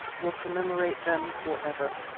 will commemorate them for ever.